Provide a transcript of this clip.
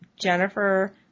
Jennifer